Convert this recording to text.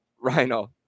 Rhino